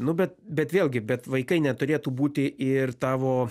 nu bet bet vėlgi bet vaikai neturėtų būti ir tavo